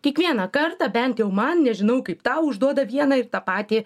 kiekvieną kartą bent jau man nežinau kaip tau užduoda vieną ir tą patį